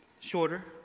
shorter